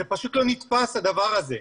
זה פשוט לא נתפס הדבר הזה.